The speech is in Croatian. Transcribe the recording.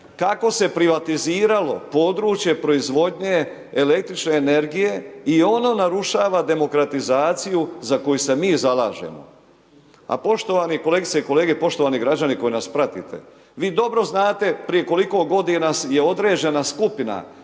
kako se privatiziralo područje proizvodnje električne energije i ono narušava demokratizaciju za koju se mi zalažemo. A poštovani kolegice i kolege, poštovani građani koji nas pratite, vi dobro znate prije koliko godina je određena skupina